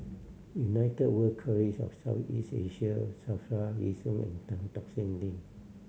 United World College of South East Asia SAFRA Yishun and Tan Tock Seng Link